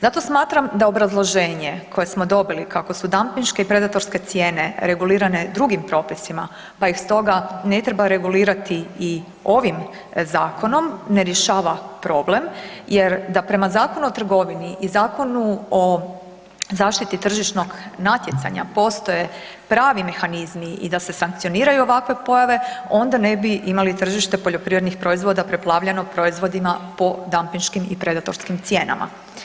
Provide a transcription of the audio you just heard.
Zato smatram da obrazloženje koje smo dobili kako su dampinške i predatorske cijene regulirane drugim propisima, pa ih stoga ne treba regulirati i ovim zakonom ne rješava problem jer da prema Zakonu o trgovini i Zakonu o zaštiti tržišnog natjecanja postoje pravi mehanizmi i da se sankcioniraju ovakve pojave onda ne bi imali tržište poljoprivrednih proizvoda preplavljenog proizvodima po dampinškim i predatorskim cijenama.